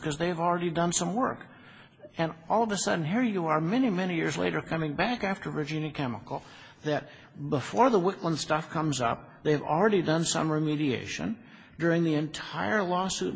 because they have already done some work and all of a sudden here you are many many years later coming back after regina chemical that before the one stuff comes up they have already done some remediation during the entire lawsuit